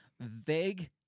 vague